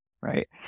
Right